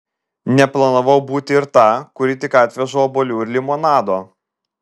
neplanavau būti ir ta kuri tik atveža obuolių ir limonado